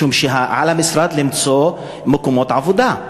משום שעל המשרד למצוא מקומות עבודה.